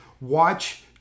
watch